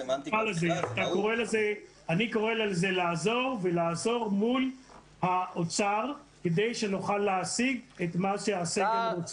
אני קורא לזה לעזור ולעזור מול האוצר כדי שנוכל להשיג את מה שהסגל רוצה.